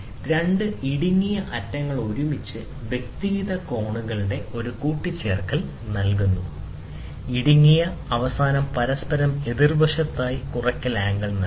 രണ്ട് ഇടുങ്ങിയ അറ്റങ്ങൾ ഒരുമിച്ച് വ്യക്തിഗത കോണുകളുടെ ഒരു കൂട്ടിച്ചേർക്കൽ നൽകുന്നു ഇടുങ്ങിയ അവസാനം പരസ്പരം എതിർവശത്തായി കുറയ്ക്കൽ ആംഗിൾ നൽകുന്നു